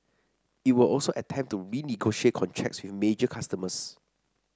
it would also attempt to renegotiate contracts with major customers